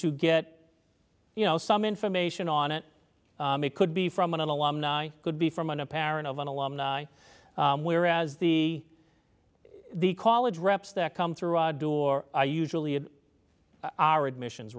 to get you know some information on it it could be from an alumni could be from an a parent of an alumni whereas the the college reps that come through the door i usually add our admissions